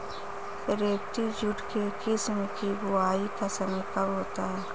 रेबती jute के किस्म की बुवाई का समय कब होता है?